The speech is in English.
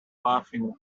laughing